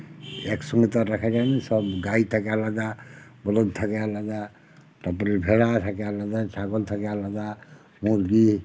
একসঙ্গে তো আর রাখা যায় না সব গাই থাকে আলাদা বলদ থাকে আলাদা তারপরে ভেড়া থাকে আলাদা ছাগল থাকে আলাদা মুরগি